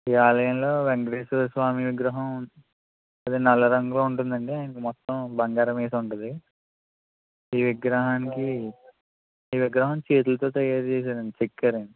ఈ ఆలయంలో వేంకటేశ్వరస్వామి విగ్రహం అదే నల్ల రంగులో ఉంటుందండి ఆయనకి మొత్తం బంగారం వేసి ఉంటుంది ఈ విగ్రహానికి ఈ విగ్రహం చేతులతో తయారు చేసారండి చెక్కారండి